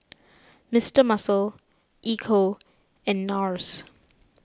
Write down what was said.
Mister Muscle Ecco and Nars